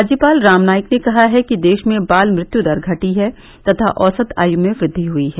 राज्यपाल राम नाईक ने कहा है कि देश में बाल मृत्यु दर घटी है तथा औसत आयु में वृद्वि हुयी है